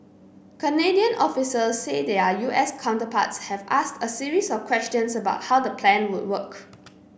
Canadian officials say their U S counterparts have asked a series of questions about how the plan would work